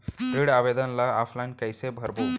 ऋण आवेदन ल ऑफलाइन कइसे भरबो?